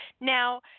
Now